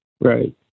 right